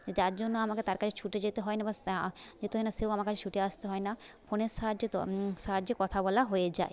যার জন্য আমাকে তার কাছে ছুটে যেতে হয় না বা যেতে হয় না সেও আমার কাছে ছুটে আসতে হয় না ফোনের সাহায্যে তো সাহায্যে কথা বলা হয়ে যায়